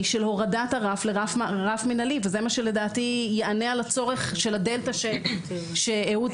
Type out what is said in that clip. של הורדת הרף לרף מנהלי וזה מה שלדעתי יענה על הצורך של הדלתא שאהוד